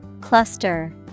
Cluster